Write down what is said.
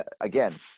again